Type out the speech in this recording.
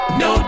no